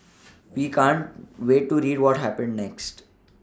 we can't wait to read what happens next